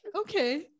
Okay